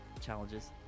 challenges